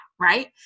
right